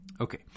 Okay